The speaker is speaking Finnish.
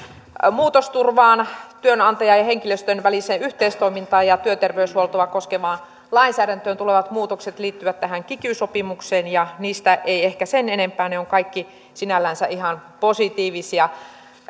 muutosturvaan työnantajan ja henkilöstön väliseen yhteistoimintaan ja työterveyshuoltoa koskevaan lainsäädäntöön tulevat muutokset liittyvät tähän kiky sopimukseen ja niistä ei ehkä sen enempää ne ovat kaikki sinällänsä ihan positiivisia